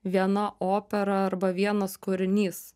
viena opera arba vienas kūrinys